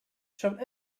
showed